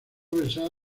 besar